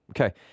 Okay